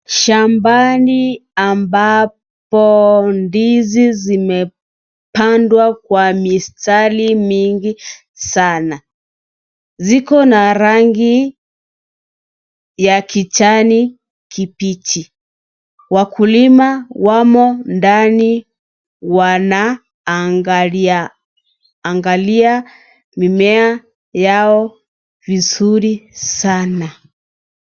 Shambani ambapo ndizi zimepandwa kwa mistari mingi Sana. Ziko na rangi ya kijani kibichi. Wakulima wamo ndani , wanaangalia mimea yao vizuri sana.